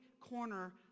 corner